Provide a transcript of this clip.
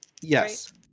Yes